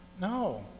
No